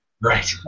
Right